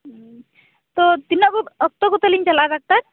ᱦᱢ ᱛᱚ ᱛᱤᱱᱟᱹᱜ ᱚᱠᱛᱚ ᱠᱚᱛᱮᱫ ᱞᱤᱧ ᱪᱟᱞᱟᱜᱼᱟ ᱰᱟᱠᱛᱟᱨ